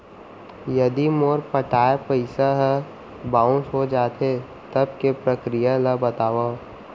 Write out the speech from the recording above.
यदि मोर पटाय पइसा ह बाउंस हो जाथे, तब के प्रक्रिया ला बतावव